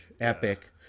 epic